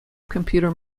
computer